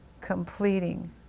completing